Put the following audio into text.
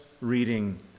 reading